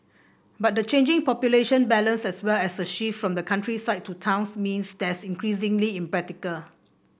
but the changing population balance as well as a shift from the countryside to towns means that's increasingly impractical